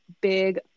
big